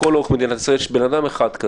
לכל אורך מדינת ישראל יש בן אדם כזה,